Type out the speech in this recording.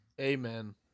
Amen